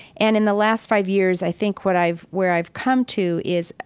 and in the last five years, i think what i've where i've come to is,